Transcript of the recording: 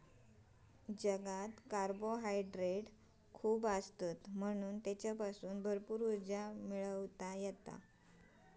जवात कार्बोहायड्रेट मोप असतत म्हणान तेच्यासून भरपूर उर्जा मिळता